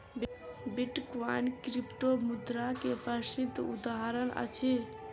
bitcoin क्रिप्टोमुद्रा के प्रसिद्ध उदहारण अछि